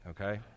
okay